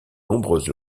nombreuses